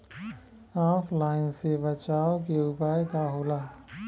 ऑफलाइनसे बचाव के उपाय का होला?